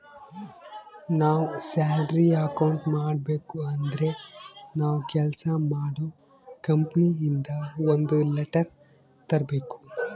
ನಾವ್ salary account ಮಾಡಬೇಕು ಅಂದ್ರೆ ನಾವು ಕೆಲ್ಸ ಮಾಡೋ ಕಂಪನಿ ಇಂದ ಒಂದ್ ಲೆಟರ್ ತರ್ಬೇಕು